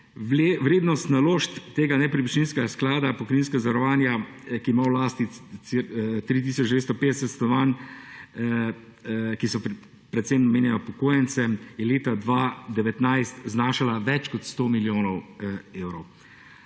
vrednost naložb tega nepremičninskega sklada pokojninskega zavarovanja, ki ima v lasti 3 tisoč 250 stanovanj, ki so predvsem namenjena upokojencem, je leta 2019 znašala več kot 100 milijonov evrov.